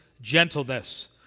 gentleness